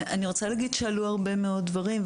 עלו הרבה מאוד דברים,